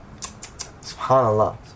SubhanAllah